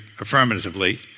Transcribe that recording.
affirmatively